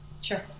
Sure